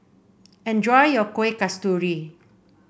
enjoy your Kueh Kasturi